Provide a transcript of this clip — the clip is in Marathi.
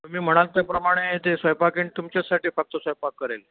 तुम्ही म्हणाल त्यापमाणे ते स्वयंपाकीण तुमच्यासाठी फक्त स्वयंपाक करेल